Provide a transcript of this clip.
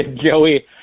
Joey